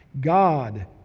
God